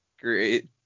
Great